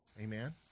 amen